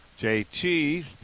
JT